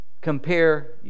compare